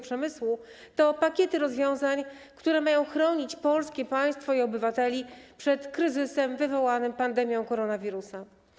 Przemysłu to pakiety rozwiązań, które mają chronić polskie państwo i obywateli przed kryzysem wywołanym pandemią koronawirusa.